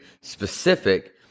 specific